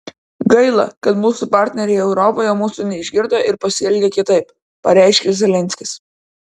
gaila kad mūsų partneriai europoje mūsų neišgirdo ir pasielgė kitaip pareiškė zelenskis